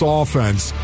offense